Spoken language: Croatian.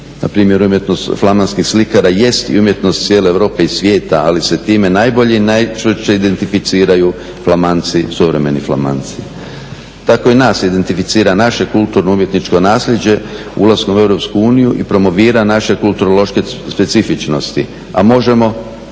Na primjer umjetnost flamanskih slikara jest i umjetnost cijele Europe i svijeta, ali se time najbolje i najčvršće identificiraju flamanci, suvremeni flamanci. Tako i nas identificira naše kulturno-umjetničko naslijeđe ulaskom u EU i promovira naše kulturološke specifičnosti, a možemo